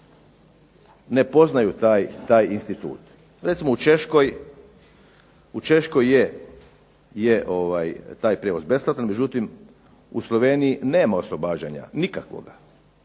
ne poznaju taj institut. Recimo u Češkoj je taj prijevoz besplatan, međutim u Sloveniji nema oslobađanja, nikakvoga,